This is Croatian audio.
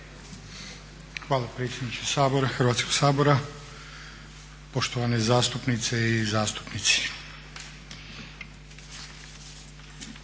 Sabora, Hrvatskog sabora, poštovane zastupnice i zastupnici.